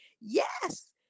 yes